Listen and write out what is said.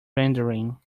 rendering